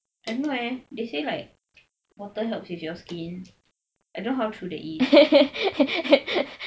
I don't know eh they say like water helps with your skin I don't know how true they is